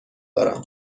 دارم